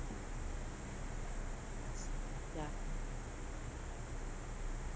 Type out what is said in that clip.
ya